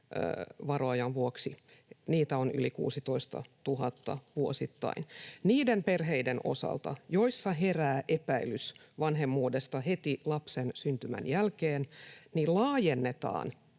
varoajan vuoksi. Niitä on yli 16 000 vuosittain. Niiden perheiden osalta, joissa herää epäilys vanhemmuudesta heti lapsen syntymän jälkeen, laajennetaan